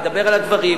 נדבר על הדברים,